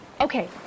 Okay